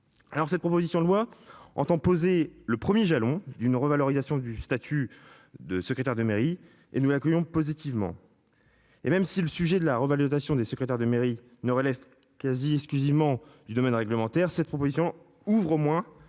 Alors cette proposition de loi entend poser le 1er jalon d'une revalorisation du statut de secrétaire de mairie et nous accueillons positivement. Et même si le sujet de la revalorisation des secrétaires de mairie ne relève quasi exclusivement du domaine réglementaire, cette proposition ouvre au moins